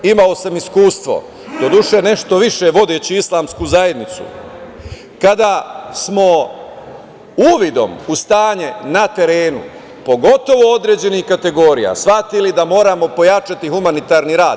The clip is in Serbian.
Imao sam iskustvo, doduše, nešto više vodeći islamsku zajednicu, kada smo uvidom u stanje na terenu, pogotovo određenih kategorija, shvatili da moramo pojačati humanitarni rad.